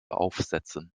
aufsetzen